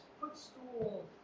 footstool